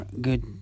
good